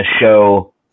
show